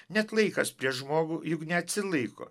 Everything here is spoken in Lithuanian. net laikas prieš žmogų juk neatsilaiko